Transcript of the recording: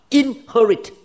inherit